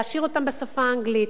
להעשיר אותם בשפה האנגלית,